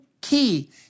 key